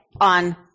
on